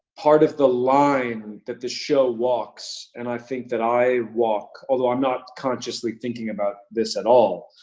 part of the line that the show walks, and i think that i walk, although i'm not consciously thinking about this at all,